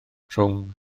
rhwng